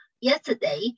yesterday